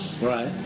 Right